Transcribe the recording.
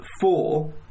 four